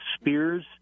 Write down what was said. spears